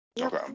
okay